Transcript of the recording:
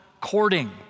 courting